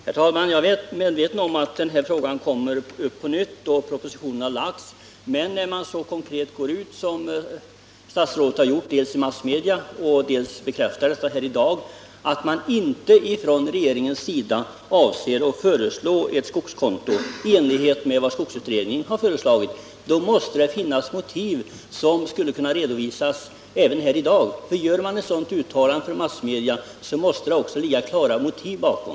Herr talman! Jag är väl medveten om att den här frågan kommer upp på nytt när propositionen har lagts fram. Men när man, som statsrådet gjort, så starkt gått ut i massmedia och sagt — det bekräftades ju också här i dag — att regeringen inte avser att föreslå ett skogsvårdskonto i enlighet med skogsutredningens rekommendationer, måste det finnas motiv som skulle kunna redovisas redan i dag. Gör man ett uttalande till massmedia som det som nu gjorts måste det ligga klara motiv bakom.